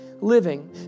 living